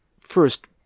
first